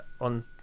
on